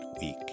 week